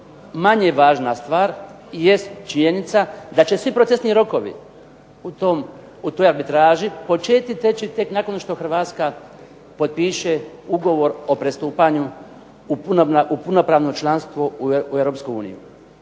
manje važna stvar, jest činjenica da će svi procesni rokovi u toj arbitraži početi teći tek nakon što Hrvatska potpiše Ugovor o pristupanju u punopravno članstvo u Europsku uniju.